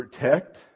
protect